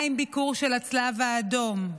מה עם ביקור של הצלב האדום?